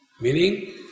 Meaning